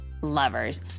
lovers